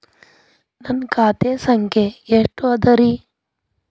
ನನ್ನ ಖಾತೆ ಸಂಖ್ಯೆ ಎಷ್ಟ ಅದರಿ?